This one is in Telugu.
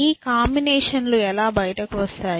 ఈ కాంబినేషన్ లు ఎలా బయటకు వస్తాయి